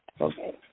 Okay